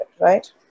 right